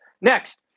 Next